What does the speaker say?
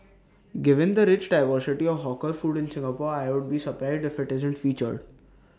given the rich diversity of hawker food in Singapore I'd be surprised if IT isn't featured